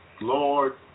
Lord